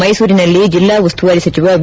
ಮ್ಮೆಸೂರಿನಲ್ಲಿ ಜಿಲ್ಲಾ ಉಸ್ತುವಾರಿ ಸಚಿವ ವಿ